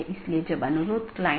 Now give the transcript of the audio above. इसलिए पथ को परिभाषित करना होगा